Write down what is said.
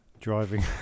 Driving